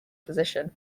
position